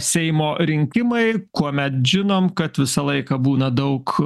seimo rinkimai kuomet žinom kad visą laiką būna daug